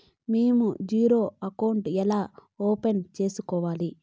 మేము zero account ఎలా open సేసుకోవాలి